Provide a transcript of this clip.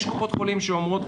יש קופות חולים שאומרות,